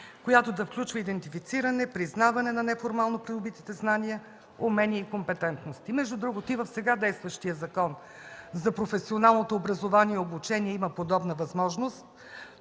която да включва идентифициране, признаване на неформално придобитите знания, умения и компетентности. Между другото, и в сега действащия Закон за професионалното образование и обучение има подобна възможност.